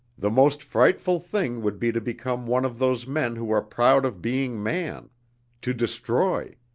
the most frightful thing would be to become one of those men who are proud of being man to destroy,